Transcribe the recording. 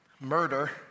murder